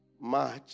March